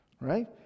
Right